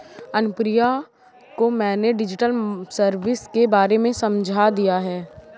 अनुप्रिया को मैंने digital service के बारे में समझा दिया है